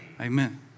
Amen